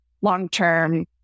long-term